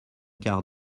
quart